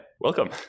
welcome